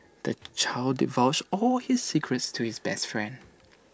the child divulged all his secrets to his best friend